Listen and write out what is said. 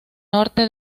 norte